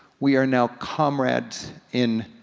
we are now comrades in